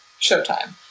Showtime